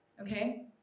Okay